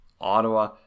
Ottawa